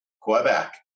Quebec